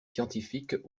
scientifiques